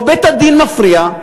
או בית-הדין מפריע,